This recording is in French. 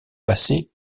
passer